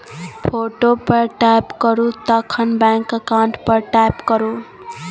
photo पर tap करु तखन बैंक अकाउंट पर टैप करु